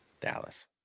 Dallas